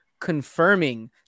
confirming